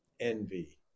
envy